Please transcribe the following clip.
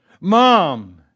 Mom